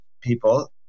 people